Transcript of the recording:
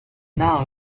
now